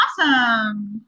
awesome